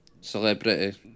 Celebrity